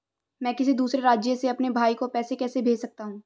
मैं किसी दूसरे राज्य से अपने भाई को पैसे कैसे भेज सकता हूं?